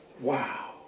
Wow